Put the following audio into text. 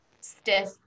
stiff